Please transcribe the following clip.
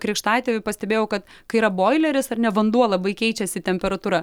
krikštatėvį pastebėjau kad kai yra boileris ar ne vanduo labai keičiasi temperatūra